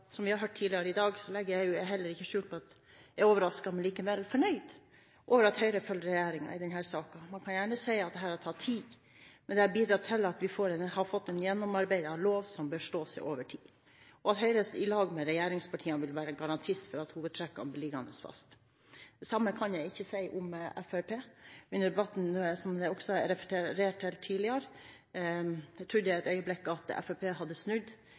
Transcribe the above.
Som en har hørt tidligere i dag, legger jeg heller ikke skjul på at jeg er overrasket, men likevel fornøyd med at Høyre følger regjeringen i denne saken. Man kan gjerne si at dette har tatt tid, men det har bidratt til at vi har fått en gjennomarbeidet lov som bør stå seg over tid, og at Høyre sammen med regjeringspartiene vil være garantist for at hovedtrekkene blir liggende fast. Det samme kan jeg ikke si om Fremskrittspartiet. Under debatten som det også er referert til tidligere, trodde jeg et øyeblikk at Fremskrittspartiet hadde snudd.